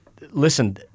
listen